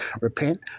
Repent